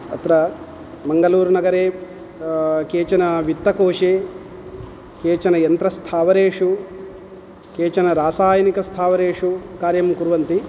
अत्र मङ्गलूरुनगरे केचन वित्तकोशे केचन यन्त्रस्थावरेषु केचन रासायनिकस्थावरेषु कार्यं कुर्वन्ति